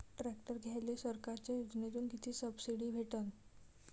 Tractor घ्यायले सरकारच्या योजनेतून किती सबसिडी भेटन?